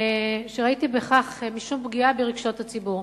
ראיתי בכך משום פגיעה ברגשות הציבור.